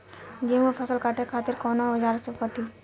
गेहूं के फसल काटे खातिर कोवन औजार से कटी?